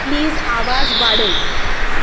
please आवाज वाडय